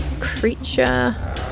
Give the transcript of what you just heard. Creature